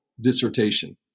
dissertation